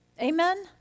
Amen